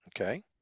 Okay